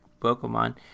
Pokemon